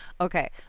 Okay